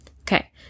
Okay